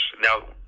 Now